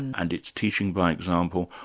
and and it's teaching by example,